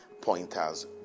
pointers